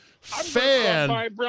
Fan